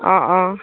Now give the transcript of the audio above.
অ অ